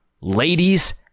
ladies